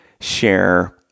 share –